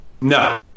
No